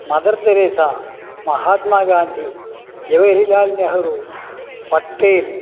mother Teresa Mahatma Gandhi Jawaharlal Nehru Patel